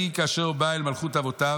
ויהי כאשר בא אל בית מלכות אבותיו